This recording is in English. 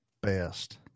best